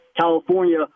California